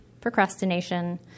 procrastination